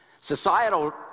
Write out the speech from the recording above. Societal